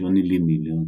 ג'וני לי מילר,